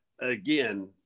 again